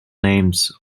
names